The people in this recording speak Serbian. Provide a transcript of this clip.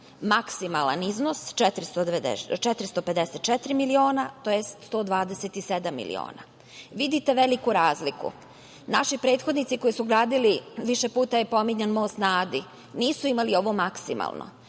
maksimalan iznos 454 miliona, tj. 127 miliona. Vidite veliku razliku. Naši prethodnici koji su gradili, više puta je pominjan Most na Adi, nisu imali ovo maksimalno,